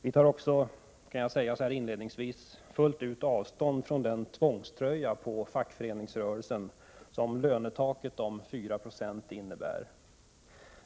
Vi tar också — det vill jag säga inledningsvis — fullt ut avstånd från den tvångströja på fackföreningsrörelsen som lönetaket om 4 96 innebär.